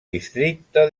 districte